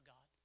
God